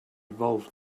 evolved